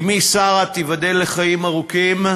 אמי שרה, תיבדל לחיים ארוכים,